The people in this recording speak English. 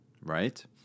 Right